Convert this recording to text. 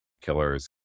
killers